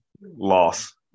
Loss